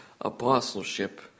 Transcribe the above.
apostleship